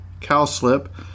Cowslip